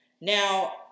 Now